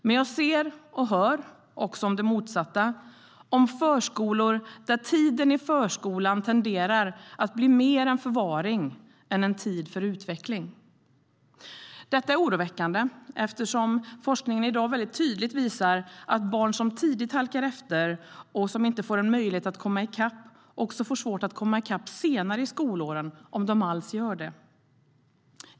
Men jag ser och hör också om det motsatta, om förskolor där tiden i förskolan tenderar att bli mer en förvaring än en tid för utveckling. Detta är oroväckande eftersom forskningen i dag tydligt visar att barn som tidigt halkar efter och som inte får en möjlighet att komma i kapp också får svårt att komma i kapp senare i skolåren, om de alls gör det.